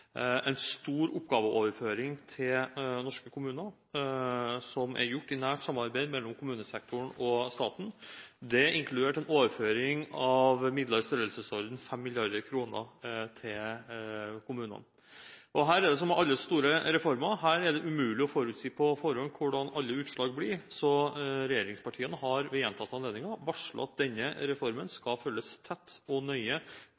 en stor oppgaveoverføring til norske kommuner som er gjort i nært samarbeid mellom kommunesektoren og staten. Det er inkludert en overføring av midler i størrelsesordenen 5 mrd. kr til kommunene. Her er det, som med alle store reformer, umulig å forutsi på forhånd hvordan alle utslag blir, så regjeringspartiene har ved gjentatte anledninger varslet at denne reformen skal følges tett og nøye